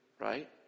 right